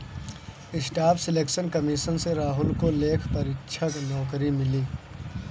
staff selection commission से राहुल को लेखा परीक्षक नौकरी मिली